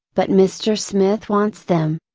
but mister smith wants them.